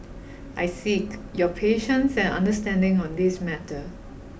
I seek your patience and understanding on this matter